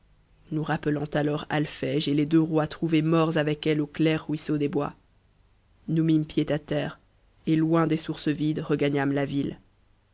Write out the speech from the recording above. nous rappelant alors alphège et les deux rois trouvés morts avec elle au clair ruisseau des bois nous mîmes pied à terre et loin des sources vides regagnâmes la ville